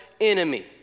enemy